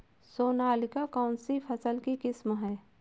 सोनालिका कौनसी फसल की किस्म है?